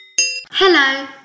Hello